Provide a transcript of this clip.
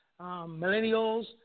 millennials